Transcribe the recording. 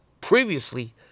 previously